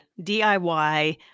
DIY